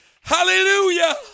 hallelujah